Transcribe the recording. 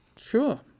Sure